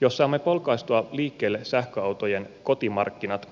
jos saamme polkaistua liikkeelle sähköautojen kotimarkkinat